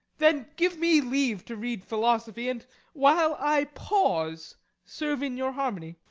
then give me leave to read philosophy, and while i pause serve in your harmony.